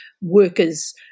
workers